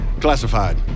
Classified